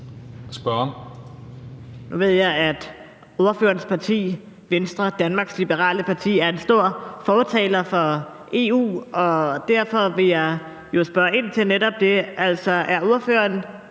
ved jeg, at ordførerens parti – Venstre, Danmarks Liberale Parti – er en stor fortaler for EU, og derfor vil jeg jo spørge ind til netop det. Altså, er ordføreren